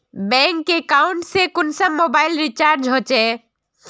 Bank account से कुंसम mobile recharge होचे?